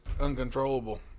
uncontrollable